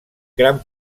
gran